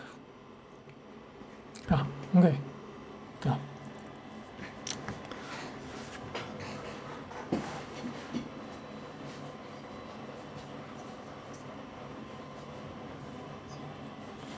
ah okay ah